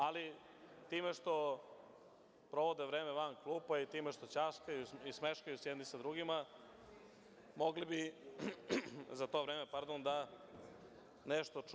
Ali, time što provode vreme van klupa i time što ćaskaju i smeškaju se jedni sa drugima, mogli bi za to vreme da nešto čuju, možda nešto i nauče.